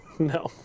No